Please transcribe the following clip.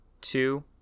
two